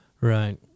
right